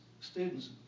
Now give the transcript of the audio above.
students